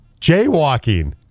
Jaywalking